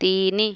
ତିନି